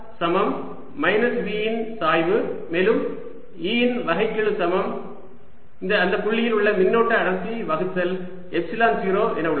Er சமம் minus V இன் சாய்வு மேலும் E இன் வகைக்கெழு சமம் அந்த புள்ளியில் உள்ள மின்னோட்ட அடர்த்தி வகுத்தல் எப்சிலன் 0 என உள்ளது